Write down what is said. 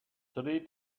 three